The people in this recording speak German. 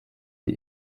die